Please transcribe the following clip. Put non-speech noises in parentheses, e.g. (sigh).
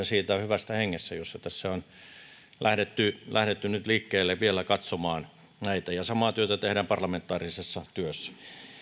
(unintelligible) siitä hyvästä hengestä jossa tässä on nyt lähdetty liikkeelle vielä katsomaan näitä ja samaa työtä tehdään parlamentaarisesti